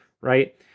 Right